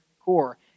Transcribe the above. core